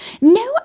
No